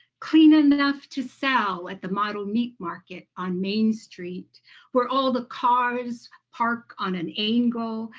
clean and enough to sell at the model meat market on main street where all the cars parked on an angle,